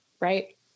Right